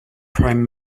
prime